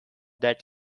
that